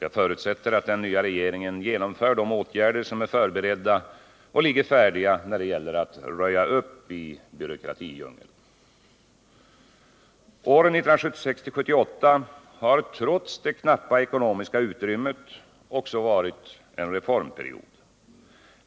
Jag förutsätter att den nya regeringen genomför de åtgärder som är förberedda och ligger färdiga när det gäller att röja upp i byråkratidjungeln. Åren 1976-1978 har trots det knappa ekonomiska utrymmet också varit en reformperiod.